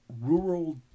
rural